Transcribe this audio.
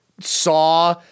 saw